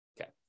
Okay